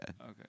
Okay